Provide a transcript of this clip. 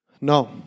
No